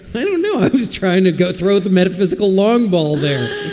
i don't know. i was trying to go throw the metaphysical long ball there.